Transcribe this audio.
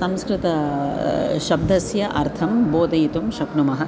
संस्कृतशब्दस्य अर्थं बोधयितुं शक्नुमः